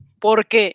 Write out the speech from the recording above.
Porque